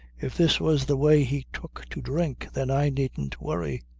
if this was the way he took to drink, then i needn't worry.